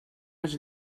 els